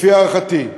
לפי הערכתי,